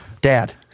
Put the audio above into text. dad